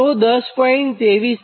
તો 10